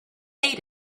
ate